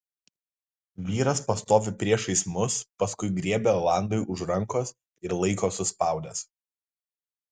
vyras pastovi priešais mus paskui griebia olandui už rankos ir laiko suspaudęs